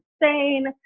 insane